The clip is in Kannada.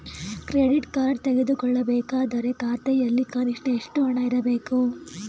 ಕ್ರೆಡಿಟ್ ಕಾರ್ಡ್ ತೆಗೆದುಕೊಳ್ಳಬೇಕಾದರೆ ಖಾತೆಯಲ್ಲಿ ಕನಿಷ್ಠ ಎಷ್ಟು ಹಣ ಇರಬೇಕು?